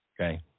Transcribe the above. okay